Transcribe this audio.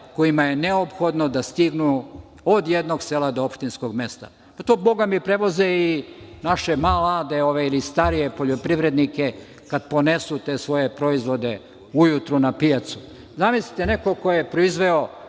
kojima je neophodno da stignu od jednog sela do opštinskog mesta. To bogami prevoze i naše mlade i starije poljoprivrednike kada ponesu svoje proizvode ujutru na pijacu. Zamislite nekoga ko je proizveo